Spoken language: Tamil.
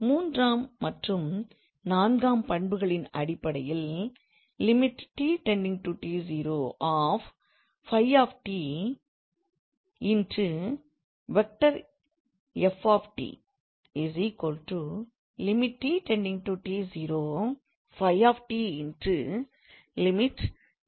மூன்றாம் மற்றும் நான்காம் பண்புகளின் அடிப்படையில் என இருக்கும்